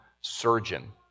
surgeon